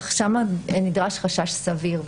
אך שם נדרש חשש סביר,